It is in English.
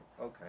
okay